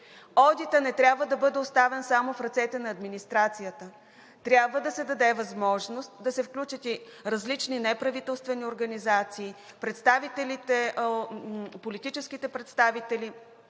Одитът не трябва да бъде оставен само в ръцете на администрацията, трябва да се даде възможност да се включат и различни неправителствени организации, политическите представители